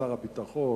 שר הביטחון,